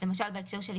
למשל בהקשר של בני משפחה,